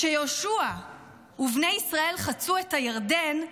כשיהושע ובני ישראל חצו את הירדן,